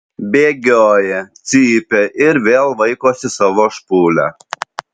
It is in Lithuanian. bėgioja cypia ir vėl vaikosi savo špūlę